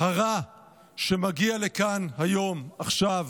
הרע שמגיע לכאן היום, עכשיו,